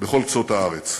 בכל קצות הארץ.